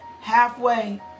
halfway